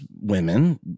women